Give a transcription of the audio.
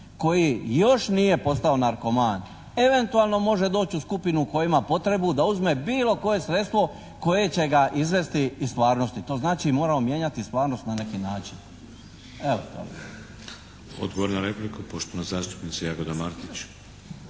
koji još nije još postao narkoman, eventualno može doći u skupinu koja ima potrebu da uzme bilo koje sredstvo koje će ga izvesti iz stvarnosti. To znači, moramo mijenjati stvarnost na neki način. Evo, toliko. **Šeks, Vladimir (HDZ)** Odgovor na repliku poštovana zastupnica Jagoda Martić.